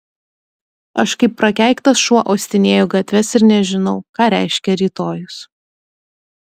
aš kaip prakeiktas šuo uostinėju gatves ir nežinau ką reiškia rytojus